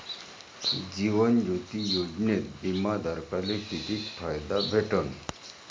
जीवन ज्योती योजनेत बिमा धारकाले किती फायदा भेटन?